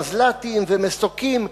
מזל"טים ומסוקים,